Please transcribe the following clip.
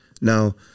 Now